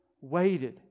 waited